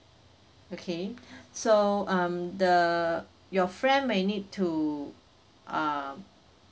okay so um the your friend may need to um